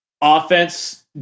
offense